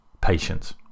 patience